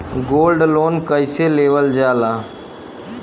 Gold loan कईसे लेवल जा ला?